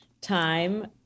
time